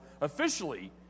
officially